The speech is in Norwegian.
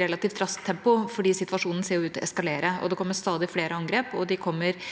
relativt raskt tempo, fordi situasjonen ser ut til å eskalere. Det kommer stadig flere angrep, og de kommer